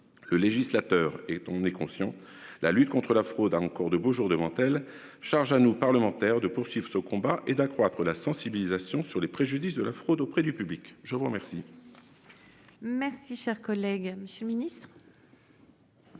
Le législateur est, on est conscient. La lutte contre la fraude a encore de beaux jours devant elle, charge à nous parlementaires de poursuivre ce combat et d'accroître la sensibilisation sur les préjudices de la fraude auprès du public. Je vois bien.